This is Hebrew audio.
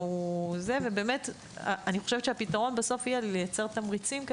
אני חושבת שבסוף הפתרון יהיה לייצר תמריצים,